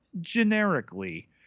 generically